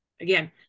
Again